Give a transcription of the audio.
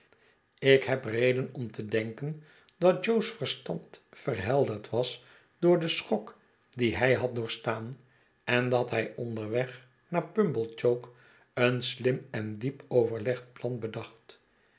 ik heb reden om te denken dat jo's verstand verhelderd was door den schok dien hij had doorgestaan en dat hij onderweg naar pumblechook een slim en diep overlegd plan bedacht